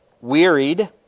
wearied